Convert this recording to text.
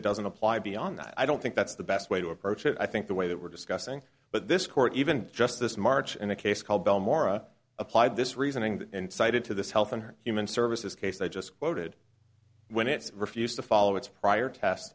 it doesn't apply beyond that i don't think that's the best way to approach it i think the way that we're discussing but this court even just this march in a case called bell mora applied this reasoning and cited to the health and human services case i just quoted when it refused to follow its prior test